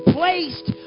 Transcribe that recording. placed